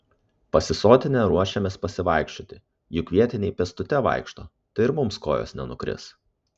pasisotinę ruošėmės pasivaikščioti juk vietiniai pėstute vaikšto tai ir mums kojos nenukris